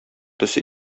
төсе